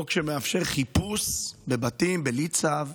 חוק שמאפשר חיפוש בבתים בלי צו,